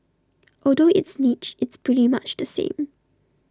although it's niche it's pretty much the same